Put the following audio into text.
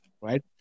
right